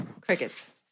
crickets